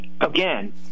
again